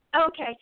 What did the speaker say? Okay